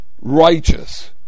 righteous